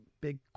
big